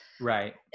Right